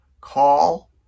Call